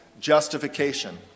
justification